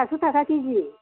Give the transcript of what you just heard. फासस' थाखा केजि